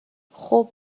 خوب